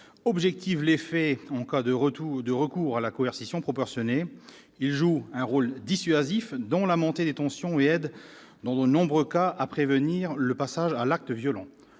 objective les faits en cas de recours à la coercition proportionnée. Il joue un rôle dissuasif dans la montée des tensions et aide dans de nombreux cas à prévenir le passage à l'acte violent.